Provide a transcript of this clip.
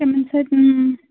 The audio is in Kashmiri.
تِمن سۭتۍ